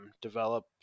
Develop